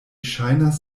ŝajnas